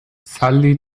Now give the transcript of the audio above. zaldi